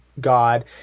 God